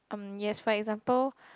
um yes for example